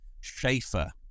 Schaefer